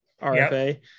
RFA